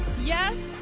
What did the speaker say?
yes